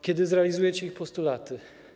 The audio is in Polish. Kiedy zrealizujecie ich postulaty?